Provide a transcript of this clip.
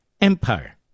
Empire